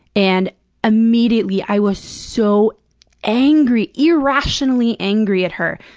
and immediately i was so angry irrationally angry at her.